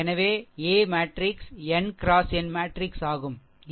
எனவே a matrix n x n matrix ஆகும் சரி